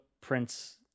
Prince